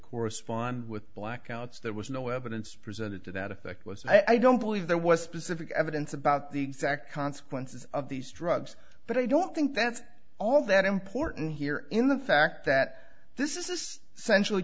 correspond with blackouts there was no evidence presented to that effect was i don't believe there was specific evidence about the exact consequences of these drugs but i don't think that's all that important here in the fact that this is centrally